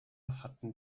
hatten